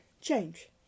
change